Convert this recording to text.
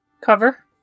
cover